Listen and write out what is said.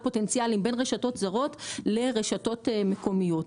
הפוטנציאלים בין רשתות זרות לרשתות מקומיות.